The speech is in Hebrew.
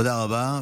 תודה רבה.